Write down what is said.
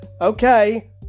Okay